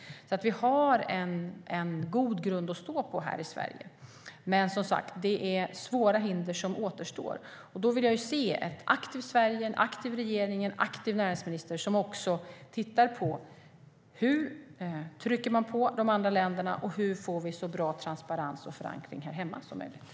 Vi har alltså en god grund att stå på här i Sverige.